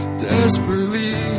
desperately